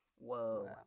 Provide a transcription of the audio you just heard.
Whoa